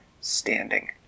standing